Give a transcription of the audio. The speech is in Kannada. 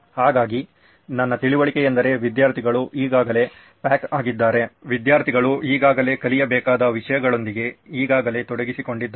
ಹಾಗಾಗಿ ನನ್ನ ತಿಳುವಳಿಕೆಯೆಂದರೆ ವಿದ್ಯಾರ್ಥಿಗಳು ಈಗಾಗಲೇ ಪ್ಯಾಕ್ ಆಗಿದ್ದಾರೆ ವಿದ್ಯಾರ್ಥಿಗಳು ಈಗಾಗಲೇ ಕಲಿಯಬೇಕಾದ ವಿಷಯಗಳೊಂದಿಗೆ ಈಗಾಗಲೇ ತೊಡಗಿಸಿಕೊಂಡಿದ್ದಾರೆ